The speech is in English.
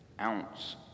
ounce